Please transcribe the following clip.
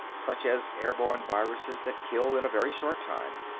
such as airborne viruses that kill in a very short time.